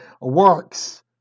works